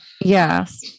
Yes